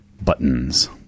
buttons